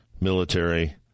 military